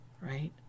right